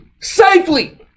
safely